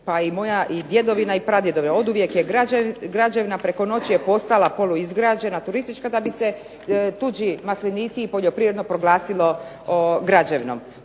Pa i moja djedovina i pradjedovina oduvijek je građevna, preko noći je postala poluizgrađena, turistička da bi se tuđi maslinici i poljoprivredno proglasilo građevnom.